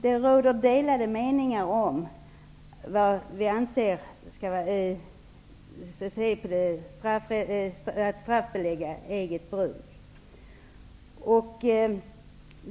Det råder delade meningar om hur man skall straffbelägga eget bruk.